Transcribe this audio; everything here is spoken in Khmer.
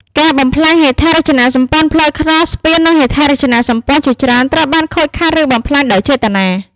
ការបំផ្លាញហេដ្ឋារចនាសម្ព័ន្ធផ្លូវថ្នល់ ស្ពាន និងហេដ្ឋារចនាសម្ព័ន្ធជាច្រើនត្រូវបានខូចខាត ឬបំផ្លាញដោយចេតនា។